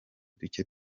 duke